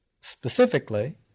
specifically